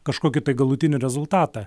kažkokį tai galutinį rezultatą